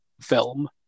film